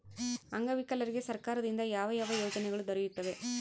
ಅಂಗವಿಕಲರಿಗೆ ಸರ್ಕಾರದಿಂದ ಯಾವ ಯಾವ ಯೋಜನೆಗಳು ದೊರೆಯುತ್ತವೆ?